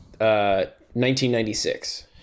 1996